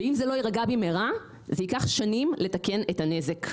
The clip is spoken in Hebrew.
אם זה לא יירגע במהרה, זה ייקח שנים לתקן את הנזק.